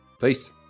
Peace